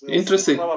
Interesting